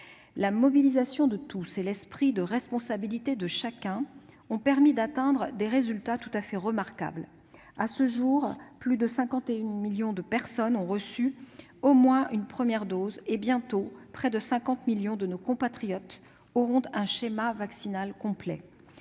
La mobilisation de tous et l'esprit de responsabilité de chacun ont permis d'atteindre des résultats tout à fait remarquables. À ce jour, plus de 51 millions de personnes ont reçu au moins une première dose. Bientôt, près de 50 millions de nos compatriotes auront un schéma vaccinal complet.